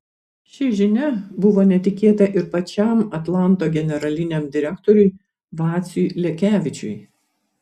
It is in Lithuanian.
ši žinia buvo netikėta ir pačiam atlanto generaliniam direktoriui vaciui lekevičiui